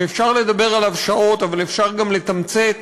שאפשר לדבר עליו שעות אבל אפשר גם לתמצת